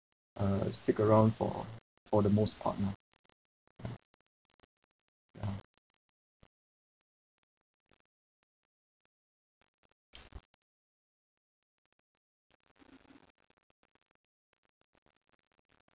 uh stick around for for the most part lah ah ah